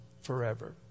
forever